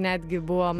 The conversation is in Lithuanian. netgi buvom